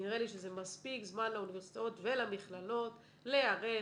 נראה לי שזה מספיק זמן לאוניברסיטאות ולמכללות להיערך,